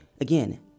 Again